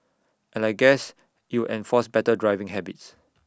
and I guess IT would enforce better driving habits